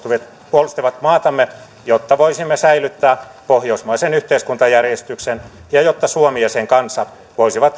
puolustivat maatamme jotta voisimme säilyttää pohjoismaisen yhteiskuntajärjestyksen ja jotta suomi voisi elää ja sen kansa